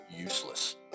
useless